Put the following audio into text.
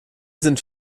sind